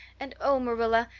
and oh, marilla,